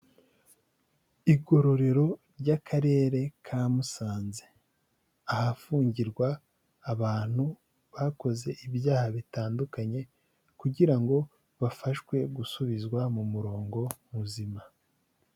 Igororero ry'akarere ka Musanze, Ahafungirwa abantu bakoze ibyaha bitandukanye, kugira ngo bafashwe gusubizwa mu murongo muzima.